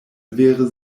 vere